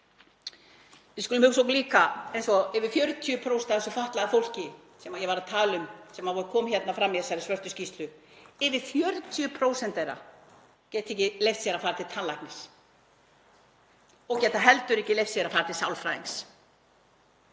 Við skulum hugsa líka um að yfir 40% af þessu fatlaða fólki sem ég var að tala um, sem kom fram í þessari svörtu skýrslu, yfir 40% geta ekki leyft sér að fara til tannlæknis og geta heldur ekki leyft sér að fara til sálfræðings.